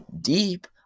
deep